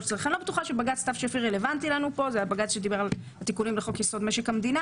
כדאי שתקראי טוב את מה שכתוב.